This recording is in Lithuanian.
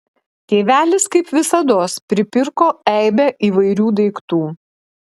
tėvelis kaip visados pripirko eibę įvairių daiktų